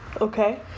Okay